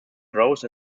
growth